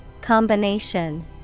Combination